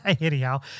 Anyhow